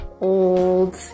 old